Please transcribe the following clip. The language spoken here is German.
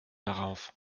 darauf